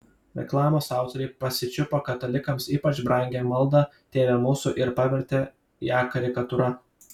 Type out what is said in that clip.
reklamos autoriai pasičiupo katalikams ypač brangią maldą tėve mūsų ir pavertė ją karikatūra